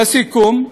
לסיום,